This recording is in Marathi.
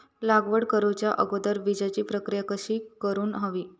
लागवड करूच्या अगोदर बिजाची प्रकिया कशी करून हवी?